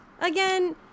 again